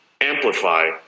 amplify